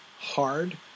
hard